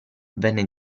venne